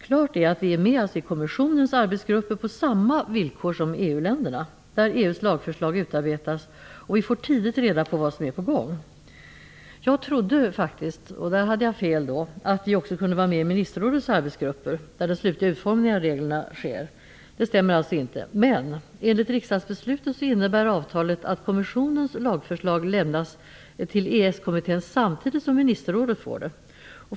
Klart är att vi är med i kommissionens arbetsgrupper på samma villkor som EU-länderna. Där utarbetas EU:s lagförslag. Vi får tidigt reda på vad som är på gång. Jag trodde faktiskt - men där hade jag fel - att vi också kunde vara med i ministerrådets arbetsgrupper där den slutliga utformningen av reglerna sker. Det stämmer alltså inte. Men enligt riksdagsbeslutet innebär avtalet att kommissionens lagförslag lämnas till EES-kommittén samtidigt som ministerrådet får det.